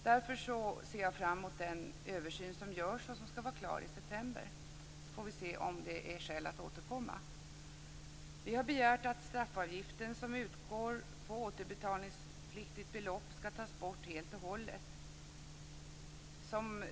Därför ser jag fram emot den översyn som görs och som skall vara klar i september, så får vi se om det finns skäl att återkomma. Vi har begärt att straffavgiften som utgår på återbetalningspliktigt belopp skall tas bort helt och hållet.